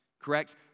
Correct